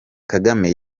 kagame